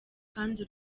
kandi